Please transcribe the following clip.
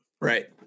right